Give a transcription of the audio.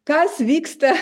kas vyksta